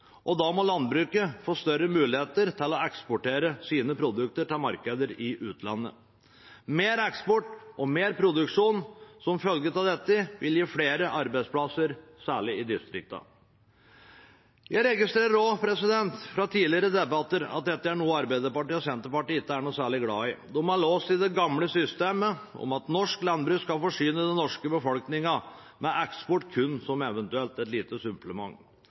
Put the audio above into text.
og da må landbruket få større muligheter til å eksportere sine produkter til markeder i utlandet. Mer eksport og mer produksjon som følge av dette vil gi flere arbeidsplasser, særlig i distriktene. Jeg registrerer også fra tidligere debatter at dette er noe Arbeiderpartiet og Senterpartiet ikke er noe særlig glad i. De er låst i det gamle systemet om at norsk landbruk skal forsyne den norske befolkningen, med eksport kun som et eventuelt lite supplement.